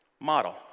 model